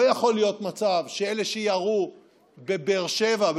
לא יכול להיות מצב שאלה שירו בבאר שבע,